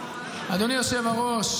אדוני היושב-ראש,